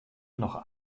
noch